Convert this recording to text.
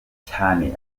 cyane